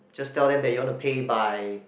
just tell them that you want to pay by